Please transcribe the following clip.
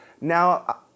now